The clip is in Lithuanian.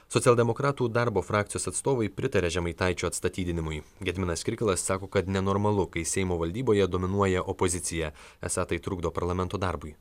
socialdemokratų darbo frakcijos atstovai pritarė žemaitaičio atstatydinimui gediminas kirkilas sako kad nenormalu kai seimo valdyboje dominuoja opozicija esą tai trukdo parlamento darbui